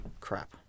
crap